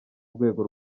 rwego